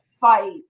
fight